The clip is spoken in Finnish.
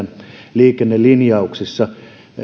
liikennelinjauksista